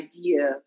idea